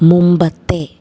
മുമ്പത്തെ